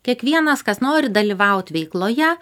kiekvienas kas nori dalyvaut veikloje